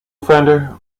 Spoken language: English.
founder